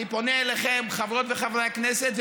אני פונה אליכם חברות וחברי הכנסת,